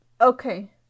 Okay